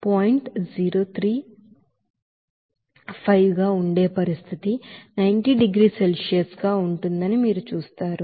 035 గా ఉండే పరిస్థితి 90 డిగ్రీల సెల్సియస్ గా ఉంటుందని మీరు చూస్తారు